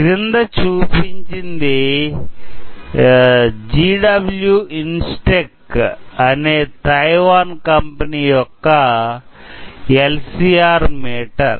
క్రింద చూపించింది G W Instek అనే తైవాన్ కంపని యొక్క ఎల్ సి ఆర్ మీటర్